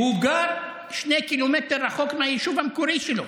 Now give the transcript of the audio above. הוא גר במרחק 2 קילומטרים מהיישוב המקורי שלו.